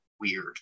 weird